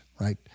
right